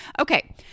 Okay